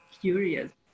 curious